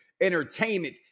Entertainment